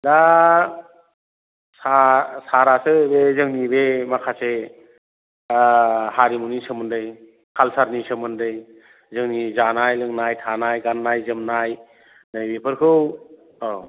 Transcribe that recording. दा सार सारासो बे जोंनि बे माखासे हारिमुनि सोमोन्दै कालसारनि सोमोन्दै जोंनि जानाय लोंनाय थानाय गाननाय जोमनाय नै बेफोरखौ औ